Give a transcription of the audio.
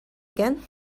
again